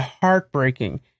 heartbreaking